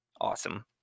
awesome